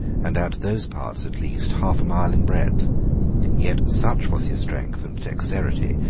and at those parts at least half a mile in breadth yet such was his strength and dexterity,